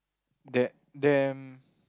there them